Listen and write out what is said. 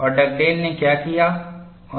और डगडेल ने क्या किया